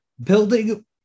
building